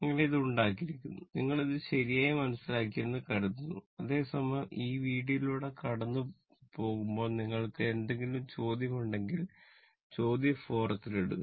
അങ്ങനെ അത് ഉണ്ടാക്കിയിരിക്കുന്നു നിങ്ങൾ ഇത് ശരിയായി മനസ്സിലാക്കിയെന്ന് കരുതുന്നു അതേസമയം ഈ വീഡിയോയിലൂടെ കടന്നുപോകു നിങ്ങൾക്ക് എന്തെങ്കിലും ചോദ്യങ്ങളുണ്ടെങ്കിൽ ചോദ്യം ഫോറത്തിൽ ഇടുക